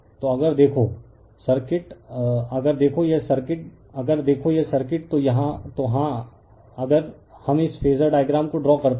तो अगर देखो सर्किट अगर देखो यह सर्किट अगर देखो यह सर्किट तो हाँ अगर हम इस फेजर डायग्राम को ड्रा करते हैं